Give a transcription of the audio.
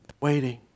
waiting